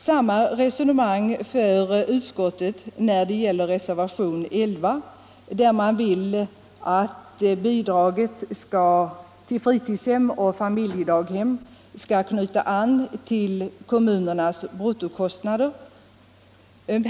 Samma resonemang för utskottet i fråga om reservationen 11, där man vill att bidraget till fritidshem och familjedaghem skall knyta an till kommunernas bruttokostnader.